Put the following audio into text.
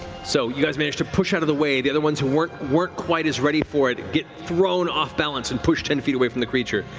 so you guys manage to push out of the way. the other ones who weren't weren't quite as ready for it get thrown off balance and pushed ten feet away from the creature.